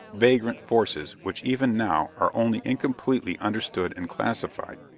vagrant forces which even now are only incompletely understood and classified.